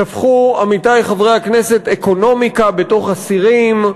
שפכו, עמיתי חברי הכנסת, אקונומיקה בתוך הסירים.